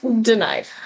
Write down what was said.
Denied